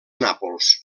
nàpols